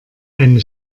eine